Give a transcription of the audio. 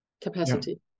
capacity